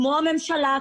כמו הממשלה,